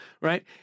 right